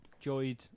Enjoyed